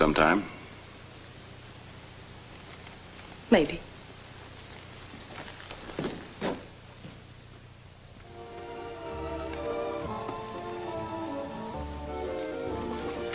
sometime